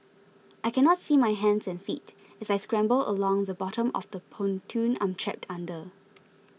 I cannot see my hands and feet as I scramble along the bottom of the pontoon I'm trapped under